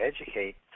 educate